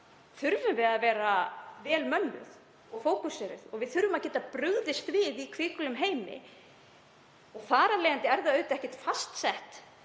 þurfum við að vera vel mönnuð og fókuseruð og við þurfum að geta brugðist við í hvikulum heimi. Þar af leiðandi er ekkert fastsett